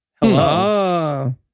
Hello